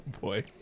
boy